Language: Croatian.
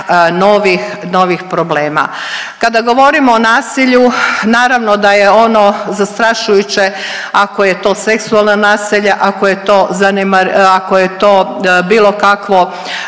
novih problema. Kada govorimo o nasilju naravno da je ono zastrašujuće ako je to seksualno naselje, ako je to, ako